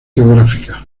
geográficas